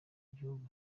igihugu